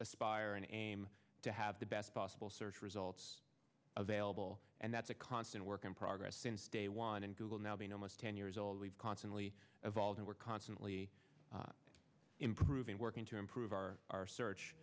aspire and aim to have the best possible search results available and that's a constant work in progress since day one and google now being almost ten years old we've constantly evolving we're constantly improving working to improve our our search